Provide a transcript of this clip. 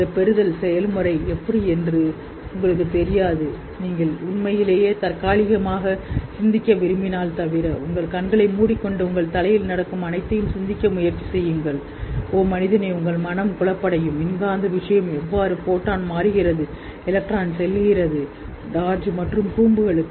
இந்த பெறுதல் செயல்முறை எப்படி என்று உங்களுக்குத் தெரியாது நீங்கள் உண்மையிலேயே தற்காலிகமாக சிந்திக்க விரும்பினால் தவிர உங்கள் கண்களை மூடிக்கொண்டு உங்கள் தலையில் நடக்கும் அனைத்தையும் சிந்திக்க முயற்சி செய்யுங்கள் ஓ மனிதனே உங்கள் மனம் குழப்பமடையும் மின்காந்த விஷயம்எவ்வாறு ஃபோட்டான் மாறுகிறது எலக்ட்ரான்செல்கிறது டாட்ஜ் மற்றும் கூம்புகளுக்கு